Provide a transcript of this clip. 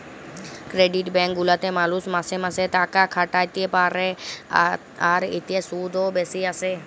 credit bank গুলাতে মালুষ মাসে মাসে তাকাখাটাতে পারে, আর এতে শুধ ও বেশি আসে